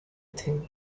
think